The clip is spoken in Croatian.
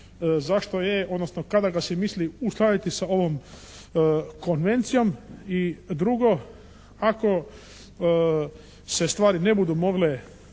zašto je odnosno kada ga se misli uskladiti sa ovom konvencijom? I drugo, ako se stvari ne budu mogle